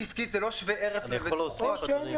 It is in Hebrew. שווה ערך לבטוחות.